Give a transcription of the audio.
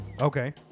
Okay